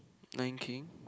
Lion King